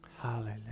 Hallelujah